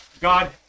God